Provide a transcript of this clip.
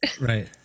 Right